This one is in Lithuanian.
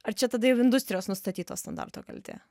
ar čia tada jau industrijos nustatyto standarto kaltė